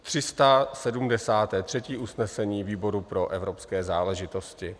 373. usnesení výboru pro evropské záležitosti.